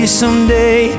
someday